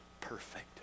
perfect